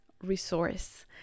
resource